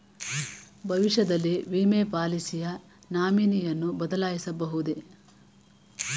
ಭವಿಷ್ಯದಲ್ಲಿ ವಿಮೆ ಪಾಲಿಸಿಯ ನಾಮಿನಿಯನ್ನು ಬದಲಾಯಿಸಬಹುದೇ?